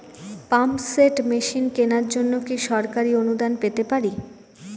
Pump set machine কেনার জন্য কি সরকারি অনুদান পেতে পারি?